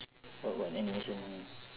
what got animation